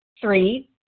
Three